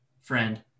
friend